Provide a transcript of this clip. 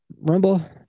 Rumble